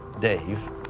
Dave